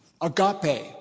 Agape